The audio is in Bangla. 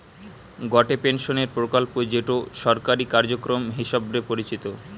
গটে পেনশনের প্রকল্প যেটো সরকারি কার্যক্রম হিসবরে পরিচিত